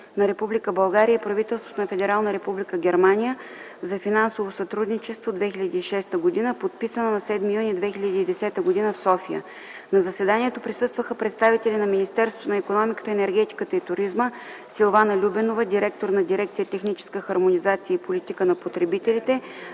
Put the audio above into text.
България и правителството на Федерална република Германия за финансово сътрудничество (2006 г.), подписана на 7 юни 2010 г. в София. На заседанието присъстваха представители на Министерството на икономиката, енергетиката и туризма: Силвана Любенова – директор на дирекция „Техническа хармонизация и политика на потребителите”,